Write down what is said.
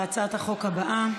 להצעת החוק הבאה: